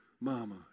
Mama